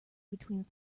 between